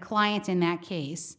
clients in that case